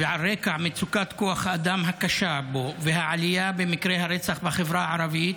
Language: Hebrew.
על רקע מצוקת כוח האדם הקשה בו והעלייה במקרי הרצח בחברה הערבית,